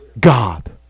God